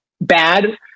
bad